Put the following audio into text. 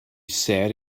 said